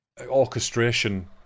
orchestration